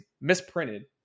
misprinted